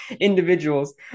individuals